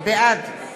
בעד